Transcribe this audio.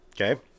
Okay